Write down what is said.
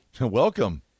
Welcome